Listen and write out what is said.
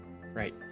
right